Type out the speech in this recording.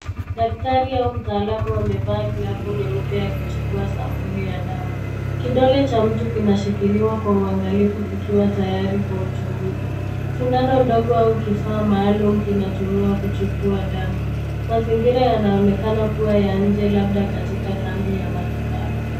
Daktari au mtaalamu amevaa glavu nyeupe akichukua sampuli ya damu. Kidole cha mtu kinashikiliwa kwa uangalifu kikiwa tayari kwa uchunguzi. Sindano ndogo au kifaa maalumu kinatumiwa kuchukua damu. Mazingira yanaonekana kua ya nje labda katika kambi ya matibabu.